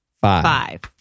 five